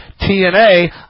TNA